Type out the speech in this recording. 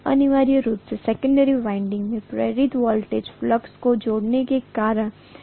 अनिवार्य रूप से सेकन्डेरी वाइंडिंग में प्रेरित वोल्टेज फ्लक्स को जोड़ने के कारण है